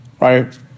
Right